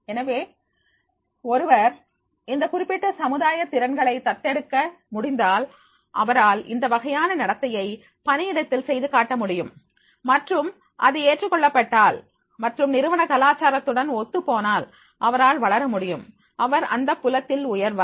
எனவே ஒருவர் இந்த குறிப்பிட்ட சமுதாய திறனைகளை தத்தெடுக்க முடிந்தால் அவரால் இந்த வகையான நடத்தையை பணியிடத்தில் செய்து காட்ட முடியும் மற்றும் அது ஏற்றுக் கொள்ளப்பட்டால் மற்றும் நிறுவன கலாச்சாரத்துடன் ஒத்துப் போனால் அவரால் வளர முடியும் அவர் அந்தப்புலத்தில் உயர்வார்